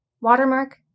Watermark